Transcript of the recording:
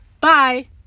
Bye